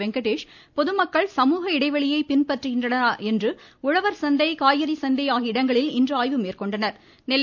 வெங்கடேஷ் பொதுமக்கள் சமூக இடைவெளியை பின்பற்றுகின்றனரா என்று உழவர் சந்தை காய்கறி சந்தை ஆகிய இடங்களில் இன்று ஆய்வு மேற்கொண்டார்